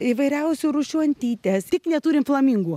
įvairiausių rūšių antytės tik neturim flamingų